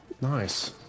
nice